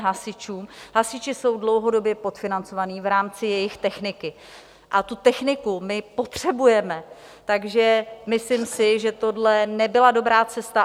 Hasiči jsou dlouhodobě podfinancovaní v rámci jejich techniky a tu techniku my potřebujeme, takže myslím si, že tohle nebyla dobrá cesta.